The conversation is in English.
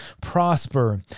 prosper